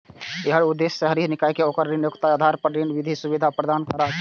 एकर उद्देश्य शहरी निकाय कें ओकर ऋण योग्यताक आधार पर ऋण वृद्धि सुविधा प्रदान करना छै